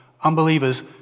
Unbelievers